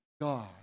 God